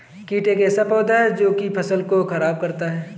कीट एक ऐसा पौधा है जो की फसल को खराब करता है